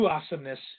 Awesomeness